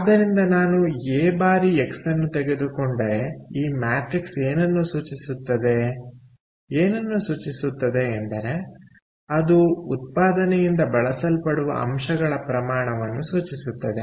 ಆದ್ದರಿಂದ ನಾನು ಎ ಬಾರಿ ಎಕ್ಸ್ ತೆಗೆದುಕೊಂಡರೆ ಈ ಮ್ಯಾಟ್ರಿಕ್ಸ್ ಏನನ್ನು ಸೂಚಿಸುತ್ತದೆಏನನ್ನು ಸೂಚಿಸುತ್ತದೆ ಎಂದರೆ ಅದು ಉತ್ಪಾದನೆಯಿಂದ ಬಳಸಲ್ಪಡುವ ಅಂಶಗಳ ಪ್ರಮಾಣವನ್ನು ಸೂಚಿಸುತ್ತದೆ